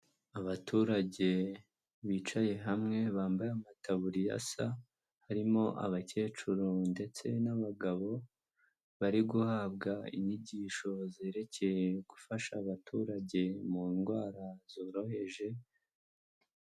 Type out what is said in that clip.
Abaturage bicaye hamwe bambaye amataburiya asa, harimo abakecuru ndetse n'abagabo bari guhabwa inyigisho zerekeye gufasha abaturage mu ndwara zoroheje...